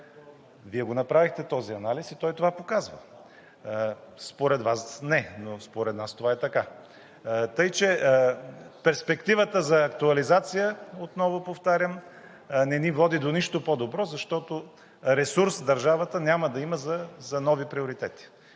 Вие го направихте този анализ и той това показва. Според Вас – не, но според нас това е така. Така че перспективата за актуализация, отново повтарям, не ни води до нищо по-добро, защото ресурс държавата няма да има за нови приоритети.